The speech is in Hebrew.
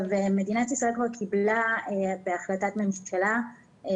מדינת ישראל כבר קיבלה בהחלטת ממשלה את